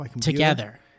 Together